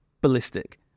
ballistic